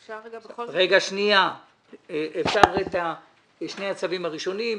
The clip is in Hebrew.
אפשר את שני הצווים הראשונים,